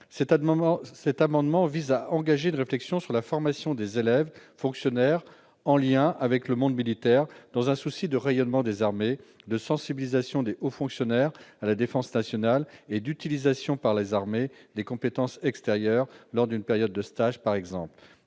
cet amendement vise à engager une réflexion sur la formation des élèves fonctionnaires en lien avec le monde militaire, et ce dans un souci de rayonnement des armées, de sensibilisation des hauts fonctionnaires à la défense nationale et d'utilisation par les armées de compétences extérieures, lors d'une période de stage, par exemple.